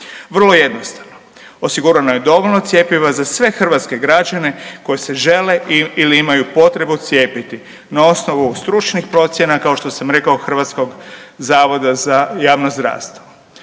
Vrlo jednostavno. Osigurano je dovoljno cjepiva za sve hrvatske građane koji se žele ili imaju potrebu cijepiti na osnovu stručnih procjena kao što sam rekao HZJZ-a. Kad je riječ o